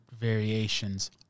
variations